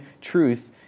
truth